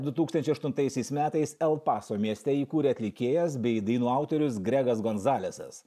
du tūkstančiai aštuntaisiais metais el paso mieste įkūrė atlikėjas bei dainų autorius gregas gonzalesas